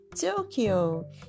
tokyo